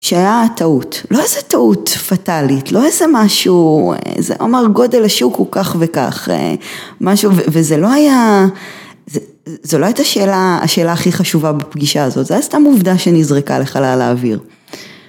שהיה טעות, לא איזה טעות פטאלית, לא איזה משהו, זה אומר גודל השוק הוא כך וכך, וזה לא היה, זו לא הייתה השאלה הכי חשובה בפגישה הזאת, זה היה סתם עובדה שנזרקה לחלל האוויר.